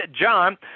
John